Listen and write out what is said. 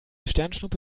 sternschnuppe